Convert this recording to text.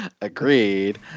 Agreed